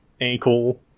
ankle